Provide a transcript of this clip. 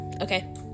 okay